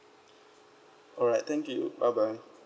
alright thank you bye bye